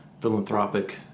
philanthropic